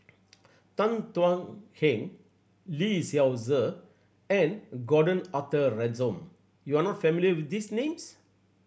Tan Thuan Heng Lee Seow Ser and Gordon Arthur Ransome you are not familiar with these names